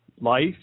life